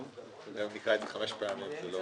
אתם באים ואומרים אני לא הרפרנט שמטפל.